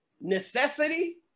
necessity